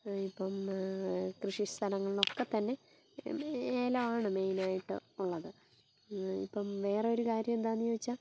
ഇപ്പം കൃഷിസ്ഥലങ്ങളിലൊക്കെ തന്നെ ഏലാണ് മെയ്നായിട്ട് ഉള്ളത് ഇപ്പം വേറൊരു കാര്യം എന്താന്ന് ചോദിച്ചാൽ